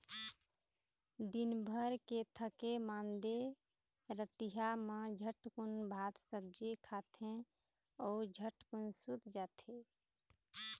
दिनभर के थके मांदे रतिहा मा झटकुन भात सब्जी खाथे अउ झटकुन सूत जाथे